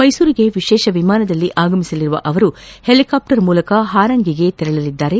ಮೈಸೂರಿಗೆ ವಿಶೇಷ ವಿಮಾನದಲ್ಲಿ ಆಗಮಿಸಲಿರುವ ಅವರು ಹೆಲಿಕಾಪ್ಸರ್ ಮೂಲಕ ಹಾರಂಗಿಗೆ ತೆರಳಲಿದ್ದಾರೆ